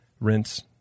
rinse